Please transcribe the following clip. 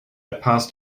passed